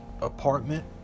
apartment